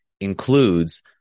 includes